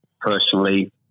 personally